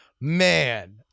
Man